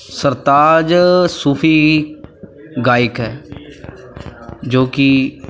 ਸਰਤਾਜ ਸੂਫੀ ਗਾਇਕ ਹੈ ਜੋ ਕਿ